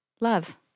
love